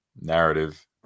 narrative